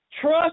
trust